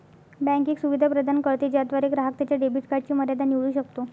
bank एक सुविधा प्रदान करते ज्याद्वारे ग्राहक त्याच्या डेबिट कार्डची मर्यादा निवडू शकतो